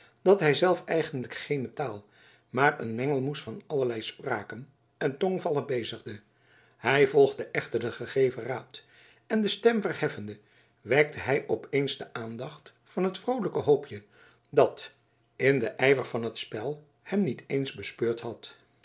dat hij zelf eigenlijk geene taal maar een mengelmoes van allerlei spraken en tongvallen bezigde hij volgde echter den gegeven raad en de stem verheffende wekte hij opeens de aandacht van het vroolijke hoopje dat in den ijver van het spel hem niet eens bespeurd had